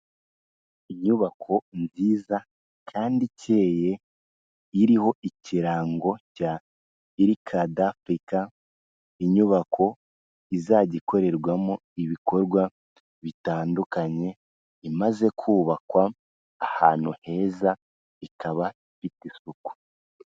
Inyubako nziza kandi ikeye iriho ikirango cya Irikada Africa, inyubako izajya ikorerwamo ibikorwa bitandukanye imaze kubakwa ahantu heza, ikaba ifite isuku.